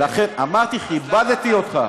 אמרתי, כיבדתי אותך.